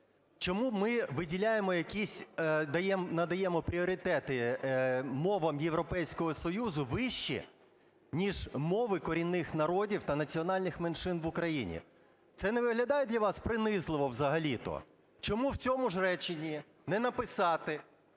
якісь, надаємо пріоритети мовам Європейського Союзу вище, ніж мови корінних народів та національних меншин в Україні? Це не виглядає для вас принизливо взагалі-то? Чому в цьому ж реченні не написати,